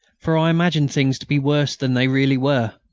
for i imagined things to be worse than they really were.